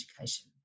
education